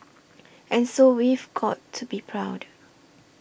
and so we've got to be proud